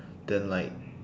then like